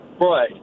Right